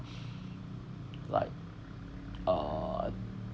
like uh